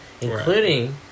including